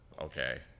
okay